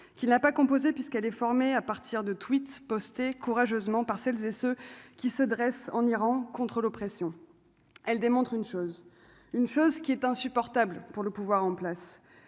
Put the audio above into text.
qu'il n'a pas composé puisqu'elle est formée à partir de tweets postés courageusement par celles et ceux qui se dressent en Iran contre l'oppression, elle démontre une chose, une chose qui est insupportable pour le pouvoir en place